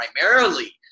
primarily